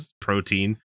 protein